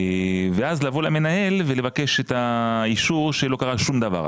ואז לבוא למנהל ולבקש את האישור שלא קרה שום דבר.